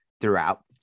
throughout